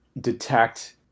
detect